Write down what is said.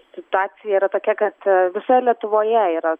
situacija yra tokia kad visoje lietuvoje yra